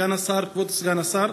כבוד סגן השר,